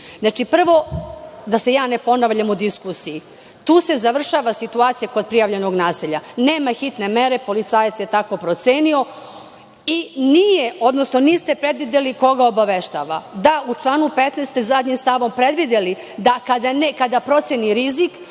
Znači, prvo, da se ja ne ponavljam u diskusiji, tu se završava situacija kod prijavljenog nasilja, nema hitne mere, policajac je tako procenio i niste predvideli koga obaveštava. Da, u članu 15. zadnjim stavom ste predvideli da kada proceni rizik